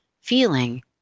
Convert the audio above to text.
feeling